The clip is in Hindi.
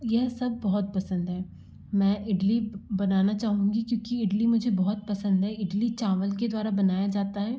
यह सब बहुत पसंद हैं मैं इडली बनाना चाहूँगी क्योंकि इडली मुझे बहुत पसंद है इडली चावल के द्वारा बनाया जाता है